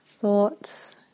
thoughts